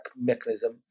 mechanism